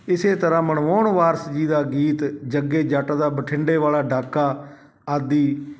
ਇਸੇ ਤਰ੍ਹਾਂ ਮਨਮੋਨ ਵਾਰਸ ਜੀ ਦਾ ਗੀਤ ਜੱਗੇ ਜੱਟ ਦਾ ਬਠਿੰਡੇ ਵਾਲਾ ਡਾਕਾ ਆਦਿ